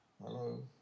Hello